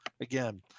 Again